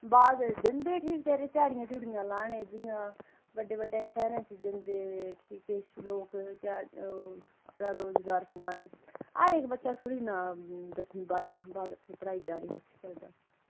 बाद जंदे उठी बेचारे ध्याड़ी ध्युड़ियां लाने जियां बड्डे बड्डे शैह्रे च जंदे उठी किश लोक केह् आखदे अपना रोजगार कमाने गी हर इक बच्चा थोह्ड़ी नां दसमीं बाह्रमीं हा बाद अपनी पढ़ाई जारी रक्खी सकदा